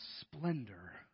splendor